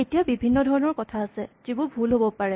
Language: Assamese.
এতিয়া বিভিন্ন ধৰণৰ কথা আছে যিবোৰ ভুল হ'ব পাৰে